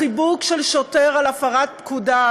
חיבוק של שוטר על הפרת פקודה,